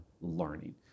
learning